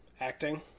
acting